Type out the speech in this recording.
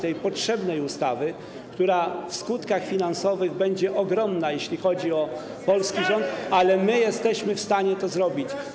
Tej potrzebnej ustawy, która w skutkach finansowych będzie ogromna, jeśli chodzi o polski rząd, ale my jesteśmy w stanie to zrobić.